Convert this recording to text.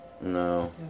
No